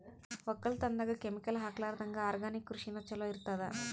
ಒಕ್ಕಲತನದಾಗ ಕೆಮಿಕಲ್ ಹಾಕಲಾರದಂಗ ಆರ್ಗ್ಯಾನಿಕ್ ಕೃಷಿನ ಚಲೋ ಇರತದ